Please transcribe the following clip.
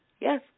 Yes